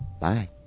bye